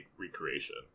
recreation